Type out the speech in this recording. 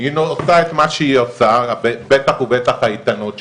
היא עושה את מה שהיא עושה, בטח ובטח האיתנות שבהן.